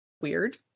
Weird